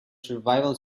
survival